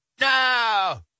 no